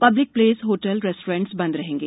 public place hotel restaurants बंद रहेंगे